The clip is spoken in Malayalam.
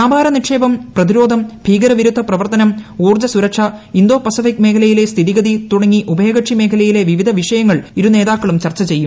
വ്യാപാര നിക്ഷേപം പ്രതിരോധം ഭീകരവിരുദ്ധ പ്രവർത്തനം ഊർജ്ജസുരക്ഷ ഇന്തോ പസഫിക് മേഖലയിലെ സ്ഥിതിഗതി തുടങ്ങി ഉഭയകക്ഷി മേഖലയിലെ വിവിധ വിഷയങ്ങൾ ഇരുനേതാക്കളും ചർച്ച ചെയ്യും